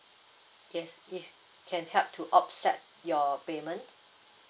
yes it can help to offset your payment